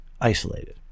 isolated